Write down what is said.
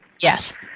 Yes